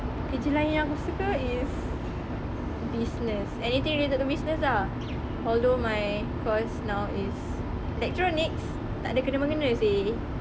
kerja lain yang aku suka is business anything related to business lah although my course now is electronics takde kena mengena seh